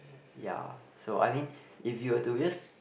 ya so I mean if you have do this